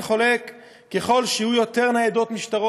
אין חולק שככל שיהיו יותר ניידות משטרה